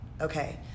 okay